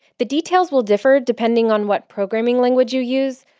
the details will differ depending on what programming language you use,